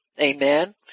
Amen